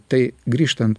tai grįžtant